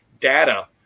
data